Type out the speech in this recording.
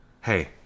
Hey